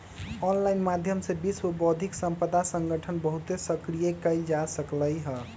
online माध्यम से विश्व बौद्धिक संपदा संगठन बहुते सक्रिय कएल जा सकलई ह